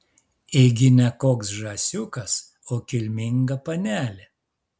ėgi ne koks žąsiukas o kilminga panelė